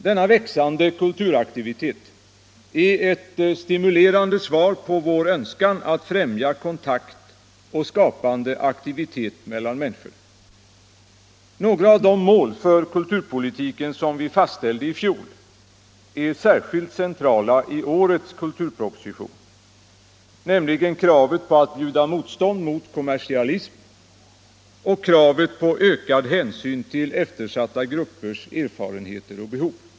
Denna växande kulturaktivitet är ett stimulerande svar på vår önskan att främja kontakt och skapande aktivitet mellan människor. Några av de mål för kulturpolitiken som vi fastställde i fjol är särskilt centrala i årets kulturproposition, nämligen kravet på att bjuda motstånd mot kommersialism och kravet på ökad hänsyn till eftersatta gruppers erfarenheter och behov.